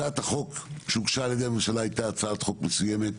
הצעת החוק שהוגשה על ידי הממשלה הייתה הצעת חוק מסוימת,